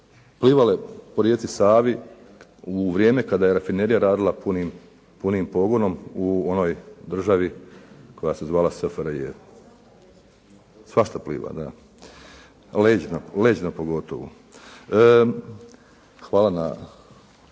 plivale po rijeci Savi u vrijeme kada je rafinerija radila punim pogonom u onoj državi koja se zvala SFRJ. Svašta pliva, da. Leđno pogotovo. Hvala na